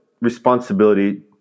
responsibility